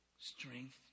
strength